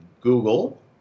Google